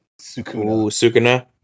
Sukuna